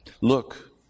Look